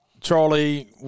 Charlie